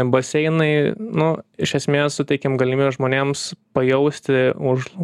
baseinai nu iš esmės suteikėm galimybę žmonėms pajausti už